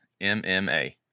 MMA